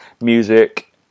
music